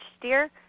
dear